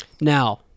Now